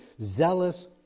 zealous